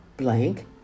blank